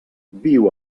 viu